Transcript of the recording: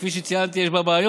כפי שציינתי יש בה בעיות,